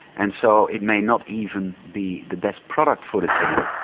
and so it may not even be the best product for the team,